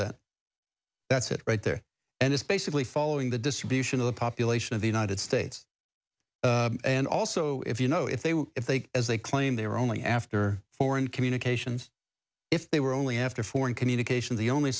that that's it right there and it's basically following the distribution of the population of the united states and also if you know if they were if they as they claim they were only after foreign communications if they were only after foreign communication the only